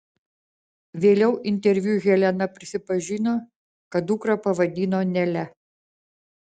vėliau interviu helena prisipažino kad dukrą pavadino nele